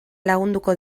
lagunduko